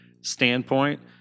standpoint